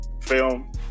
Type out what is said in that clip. film